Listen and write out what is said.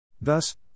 Thus